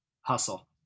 Hustle